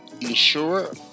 ensure